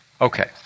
Okay